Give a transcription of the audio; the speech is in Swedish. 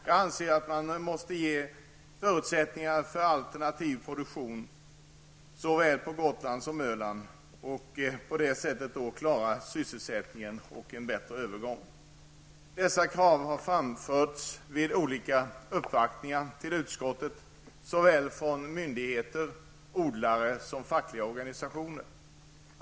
Jag anser att man måste ge förutsättningar för alternativ produktion såväl på Gotland som på Öland och på det sättet klara sysselsättningen och en bättre övergång. Dessa krav har framförts vid olika uppvaktningar inför utskottet av såväl myndigheter och odlare som fackliga organisationer.